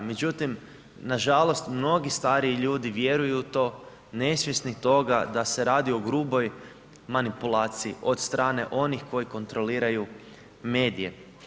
Međutim, nažalost, mnogi stariji ljudi vjeruju u to, nesvjesni toga da se radi o gruboj manipulaciji od strane onih koji kontroliraju medije.